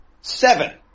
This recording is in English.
seven